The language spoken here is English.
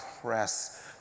press